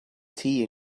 tea